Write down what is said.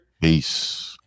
Peace